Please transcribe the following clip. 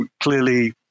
clearly